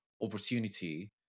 opportunity